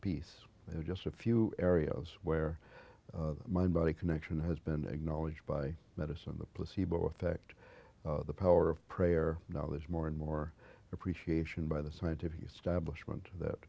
piece they are just a few areas where the mind body connection has been acknowledged by medicine the placebo effect the power of prayer now there's more and more appreciation by the scientific establishment that